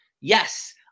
yes